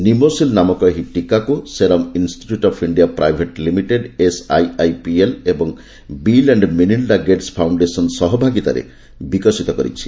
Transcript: ନିମୋସିଲ୍ ନାମକ ଏହି ଟୀକା Serum Institute of India Private Limited SIIPL Bill and Melinda Gates Foundation ସହ ଭାଗିଦାରୀରେ ବିକଶିତ କରିଛି